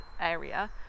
area